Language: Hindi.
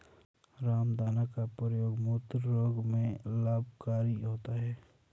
रामदाना का प्रयोग मूत्र रोग में लाभकारी होता है